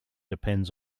depends